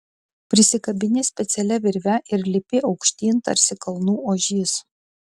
prisikabini specialia virve ir lipi aukštyn tarsi kalnų ožys